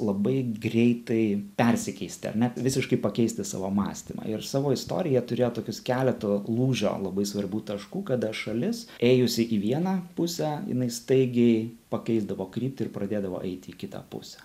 labai greitai persikeisti ar ne visiškai pakeisti savo mąstymą ir savo istoriją turėjo tokius keleto lūžio labai svarbių taškų kada šalis ėjusi į vieną pusę jinai staigiai pakeisdavo kryptį ir pradėdavo eiti į kitą pusę